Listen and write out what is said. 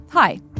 Hi